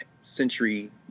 century